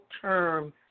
term